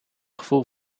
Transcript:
gevoel